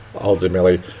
ultimately